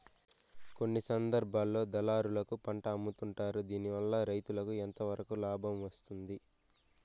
కొన్ని సందర్భాల్లో దళారులకు పంటలు అమ్ముతుంటారు దీనివల్ల రైతుకు ఎంతవరకు లాభం వస్తుంది?